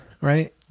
right